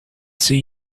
see